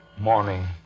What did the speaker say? Morning